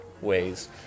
ways